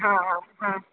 हँ हँ हँ